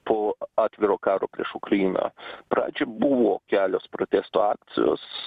po atviro karo prieš ukrainą pradžioja buvo kelios protesto akcijos